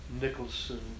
Nicholson